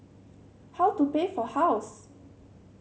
how to pay for house